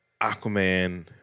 Aquaman